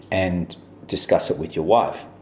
and discuss it with your wife.